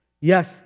Yes